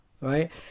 right